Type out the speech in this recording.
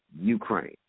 Ukraine